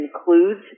includes